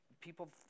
people